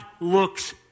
looks